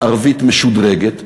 ערבית משודרגת.